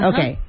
Okay